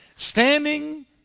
standing